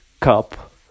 Cup